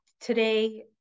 today